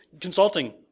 consulting